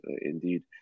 indeed